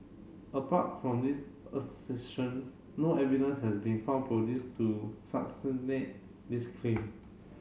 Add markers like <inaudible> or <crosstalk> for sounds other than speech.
apart from this assertion no evidence has been found produced to <unintelligible> this claim